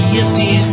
empty